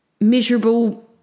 miserable